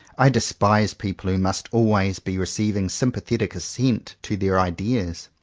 i despise people who must always be receiving sympathetic as sent to their ideas.